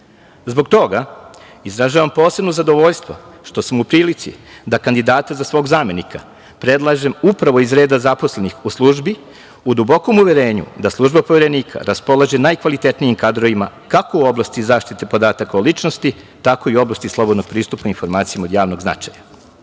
Zbog toga izražavam posebno zadovoljstvo što sam u prilici da kandidate za svog zamenika predlažem upravo iz reda zaposlenih u službi, u dubokom uverenju da služba Poverenika raspolaže najkvalitetnijim kadrovima kako u oblasti zaštite podataka o ličnosti, tako i u oblasti slobodno pristupnih informacija od javnog značaja. Pored